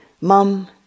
mom